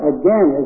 again